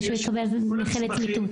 כדי שהוא יקבל תג נכה לצמיתות?